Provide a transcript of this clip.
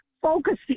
focusing